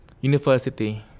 university